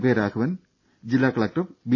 K Raghavan ജില്ലാ collector B